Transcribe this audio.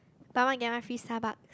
buy one get one free Starbuck